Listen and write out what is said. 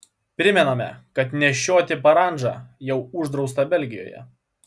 primename kad nešioti parandžą jau uždrausta belgijoje